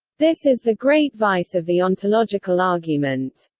this is the great vice of the ontological argument.